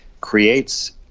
creates